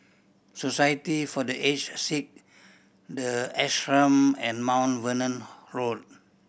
Society for The Aged Sick The Ashram and Mount Vernon Road